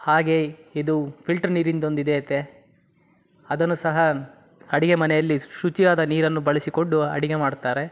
ಹಾಗೇ ಇದು ಫಿಲ್ಟರ್ ನೀರಿನ್ದೊಂದು ಇದೈತೆ ಅದನ್ನು ಸಹ ಅಡಿಗೆ ಮನೆಯಲ್ಲಿ ಶುಚಿಯಾದ ನೀರನ್ನು ಬಳಸಿಕೊಂಡು ಅಡಿಗೆ ಮಾಡ್ತಾರೆ